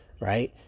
Right